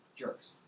jerks